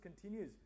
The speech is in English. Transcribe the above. continues